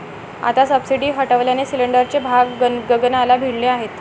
आता सबसिडी हटवल्याने सिलिंडरचे भाव गगनाला भिडले आहेत